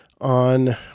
on